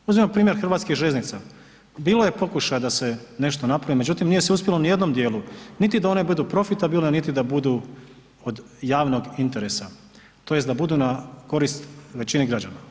Uzmimo primjer Hrvatskih željeznica, bilo je pokušaja da se nešto napravi, međutim nije se uspjelo ni u jednom dijelu, niti da one budu profitabilne, niti da budu od javnog interesa tj. da budu na korist većini građana.